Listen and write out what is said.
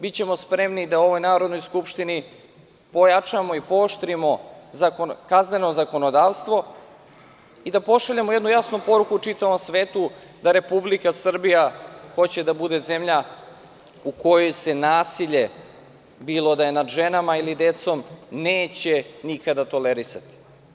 Bićemo spremni da u ovoj Narodnoj skupštini pojačamo i pooštrimo kazneno zakonodavstvo i da pošaljemo jasnu poruku čitavom svetu da Republika Srbija hoće da bude zemlja u kojoj se nasilje, bilo da je nad ženama ili nad decom neće nikada tolerisati.